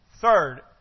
Third